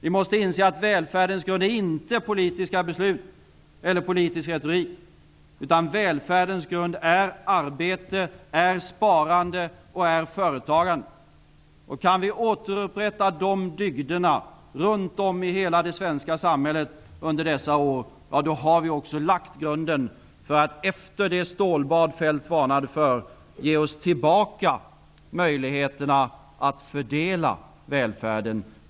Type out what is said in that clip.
Vi måste inse att välfärdens grund inte är politiska beslut eller politisk retorik, utan välfärdens grund är arbete, sparande och företagande. Om vi kan återupprätta dessa dygder runt om i hela det svenska samhället under dessa år, då har vi också lagt grunden för att efter det stålbad som Feldt varnade för ge oss tillbaka möjligheterna att fördela välfärden.